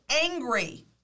angry